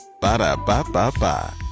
Ba-da-ba-ba-ba